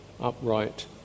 upright